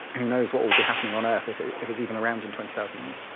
who knows what will be happening on earth, if if it's even around, in twenty thousand years.